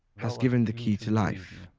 has given the key to life.